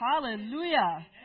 Hallelujah